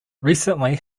recently